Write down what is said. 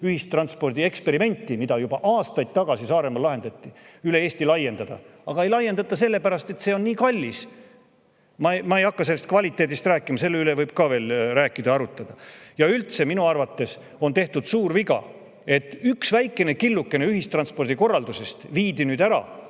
ühistranspordi eksperimenti, mida Saaremaal juba aastaid tagasi [alustati], üle Eesti laiendada. Ei laiendata sellepärast, et see on nii kallis. Ma ei hakka selle kvaliteedist rääkima, selle üle võib ka veel arutada. Ja üldse, minu arvates on tehtud suur viga, et üks väikene killukene ühistranspordi korraldusest viidi Majandus-